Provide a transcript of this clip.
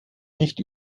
nicht